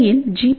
இடையில் ஜி